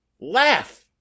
laugh